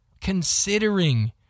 considering